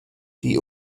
die